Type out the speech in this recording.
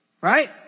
Right